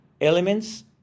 elements